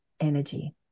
energy